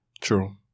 True